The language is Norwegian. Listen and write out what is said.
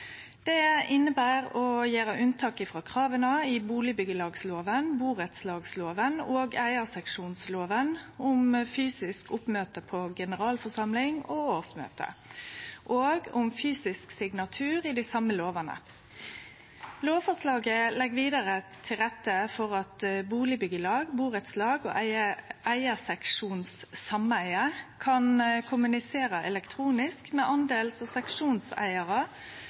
Det inneber å gjere unntak frå krava i bustadbyggjelagsloven, burettslagsloven og eigarseksjonsloven om fysisk oppmøte på generalforsamling og årsmøte og om fysisk signatur i dei same lovane. Lovforslaget legg vidare til rette for at bustadbyggjelag, burettslag og eigarseksjonssameige kan kommunisere elektronisk med del- og seksjonseigarar,